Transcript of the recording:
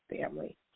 family